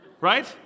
Right